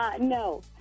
No